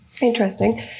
interesting